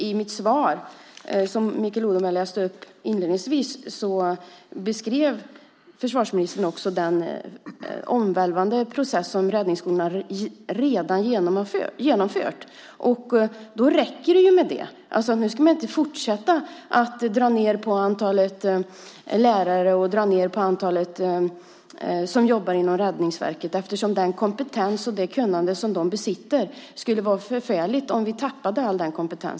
I det svar som Mikael Odenberg inledningsvis läste upp beskrev försvarsministern den omvälvande process som räddningsskolorna redan har genomfört. Då räcker det med det. Man ska inte fortsätta att dra ned på antalet lärare som jobbar inom Räddningsverket. Det skulle vara förfärligt om vi tappade all den kompetens och allt det kunnande som dessa besitter.